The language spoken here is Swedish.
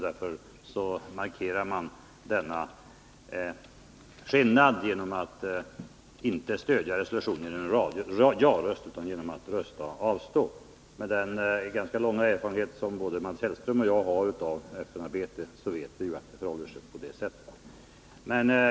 Därför markerar man denna skillnad genom att inte stödja resolutionen genom en ja-röst utan genom att avstå. Med den ganska långa erfarenhet som både Mats Hellström och jag har av FN-arbete vet vi ju att det förhåller sig på det sättet.